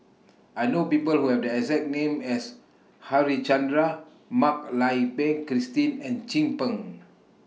I know People Who Have The exact name as Harichandra Mak Lai Peng Christine and Chin Peng